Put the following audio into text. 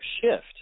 shift